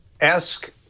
ask